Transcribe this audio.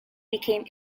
became